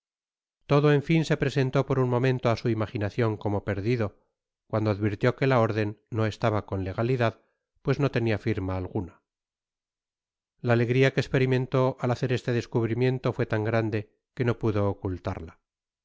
todo en fin se presentó por un momento á su imaginacion como perdido cuando advirtió que la órden do estaba con legalidad pues no tenia fiima alguna content from google book search generated at la alegria que esperimentó al hacer este descubrimiento fué tan grande que no pudo ocultarla